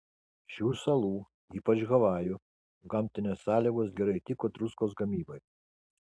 šių salų ypač havajų gamtinės sąlygos gerai tiko druskos gamybai